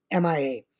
MIA